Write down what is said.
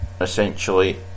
essentially